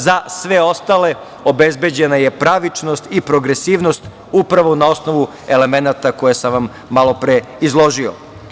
Za sve ostale obezbeđena je pravičnost i progresivnost upravo na osnovu elemenata koje sam vam malo pre izložio.